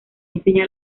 enseña